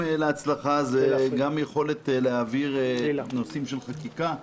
לא הייתי צריך להתייעץ או לשאול מישהו.